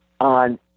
On